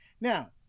Now